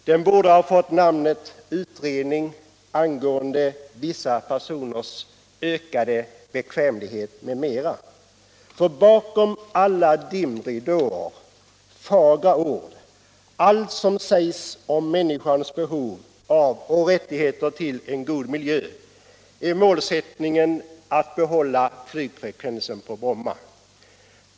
Den borde ha fått namnet ”Utredning angående vissa personers ökade bekvämlighet m.m.”, för bakom alla dimridåer och fagra ord, bakom allt som sägs om människans behov av och rättigheter till god miljö, finns målsättningen att behålla flygfrekvensen på Bromma.